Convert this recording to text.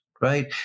right